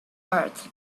earth